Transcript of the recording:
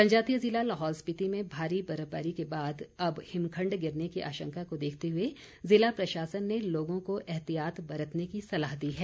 जनजातीय जिला लाहौल स्पिति में भारी बर्फबारी के बाद अब हिमखण्ड गिरने की आशंका को देखते हुए जिला प्रशासन ने लोगों को एहतियात बरतने की सलाह दी है